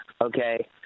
Okay